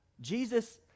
Jesus